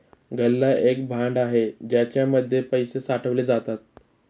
गल्ला एक भांड आहे ज्याच्या मध्ये पैसे साठवले जातात